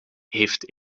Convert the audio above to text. heeft